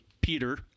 Peter